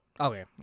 Okay